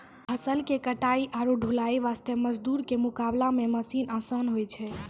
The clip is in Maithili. फसल के कटाई आरो ढुलाई वास्त मजदूर के मुकाबला मॅ मशीन आसान होय छै